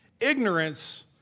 Ignorance